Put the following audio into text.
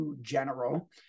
general